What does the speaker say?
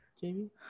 Jamie